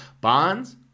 Bonds